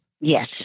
yes